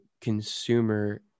consumer